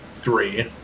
three